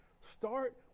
Start